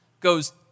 goes